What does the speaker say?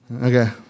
Okay